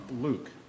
Luke